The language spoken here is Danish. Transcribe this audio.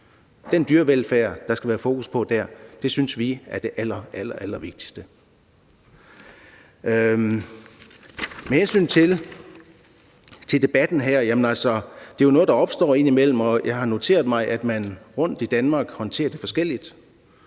Den dyrevelfærd, der skal være fokus på der, synes vi er det allerallervigtigste. Med hensyn til debatten her vil jeg sige, at det jo altså er en debat, der dukker op indimellem, og jeg har noteret mig, at man rundt i Danmark håndterer det forskelligt.